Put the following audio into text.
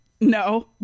no